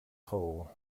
hole